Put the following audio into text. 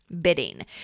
bidding